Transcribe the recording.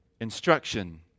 instruction